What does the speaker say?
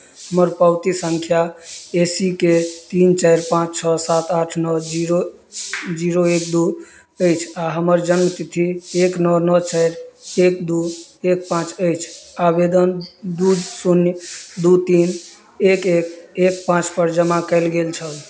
हमर पावती सङ्ख्या ए सी के तीन चारि पाँच छओ सात आठ नओ जीरो जीरो एक दू अछि आ हमर जन्मतिथि एक नओ नओ चारि एक दू एक पाँच अछि आवेदन दू शून्य दू तीन एक एक एक पाँचपर जमा कयल गेल छल